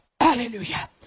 Hallelujah